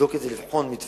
לבדוק את זה, לבחון מתווה